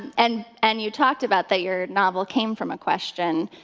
and and you talked about that your novel came from a question.